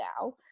now